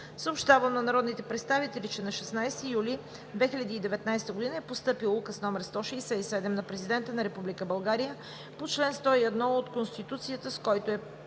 съобщавам на народните представители, че на 16 юли 2019 г. е постъпил Указ № 167 на Президента на Република България по чл. 101 от Конституцията, с който